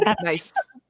Nice